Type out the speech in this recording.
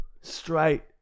Straight